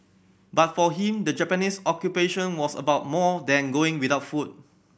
but for him the Japanese Occupation was about more than going without food